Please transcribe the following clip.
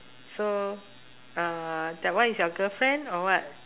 so uh that one is your girlfriend or what